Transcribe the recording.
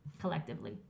collectively